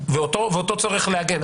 ואותו צורך להגן.